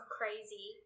crazy